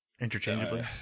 interchangeably